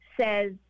says